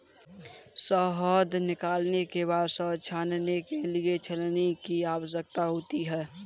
शहद निकालने के बाद शहद छानने के लिए छलनी की आवश्यकता होती है